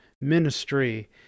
ministry